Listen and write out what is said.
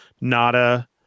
Nada